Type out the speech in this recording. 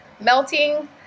melting